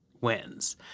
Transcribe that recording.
wins